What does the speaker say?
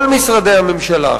כל משרדי הממשלה,